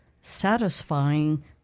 satisfying